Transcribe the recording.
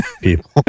people